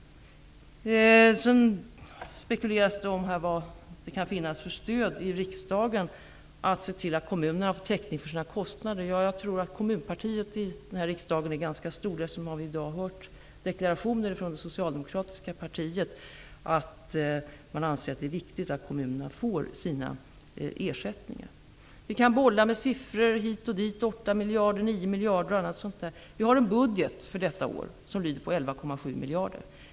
Det spekulerades om vilket stöd det kan finnas i riksdagen för att se till att kommunerna får täckning för sina kostnader. Jag tror att kommunpartiet i denna riksdag är ganska stort. Dessutom har vi i dag hört deklarationer från det socialdemokratiska partiet att man anser att det är viktigt att kommunerna får sina ersättningar. Vi kan bolla med siffror hit och dit -- 8 miljarder, 9 miljarder osv. Vi har en budget för detta år som lyder på 11,7 miljarder.